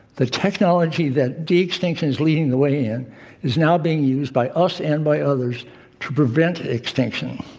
the technology that de-extinction is leading the way in is now being used by us and by others to prevent extinction.